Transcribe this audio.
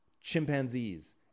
chimpanzees